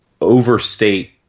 overstate